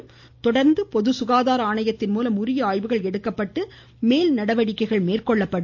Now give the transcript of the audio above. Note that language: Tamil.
இதனை தொடர்ந்து பொது சுகாதார ஆணையத்தின் மூலம் உரிய ஆய்வுகள் எடுக்கப்பட்டு மேல் நடவடிக்கைகள் மேற்கொள்ளப்படும்